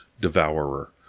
devourer